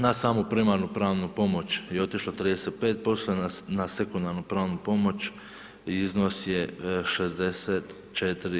Na samu primarnu pravnu pomoć je otišlo 35%, na sekundarnu pravnu pomoć iznos je 64%